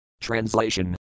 Translation